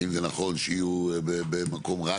האם נכון שיהיו במקום רק?